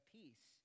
peace